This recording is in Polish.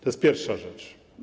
To jest pierwsza rzecz.